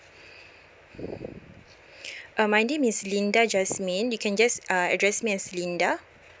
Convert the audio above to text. uh my name is linda jasmine you can just ah address me as linda